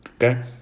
Okay